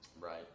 Right